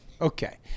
Okay